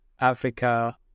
Africa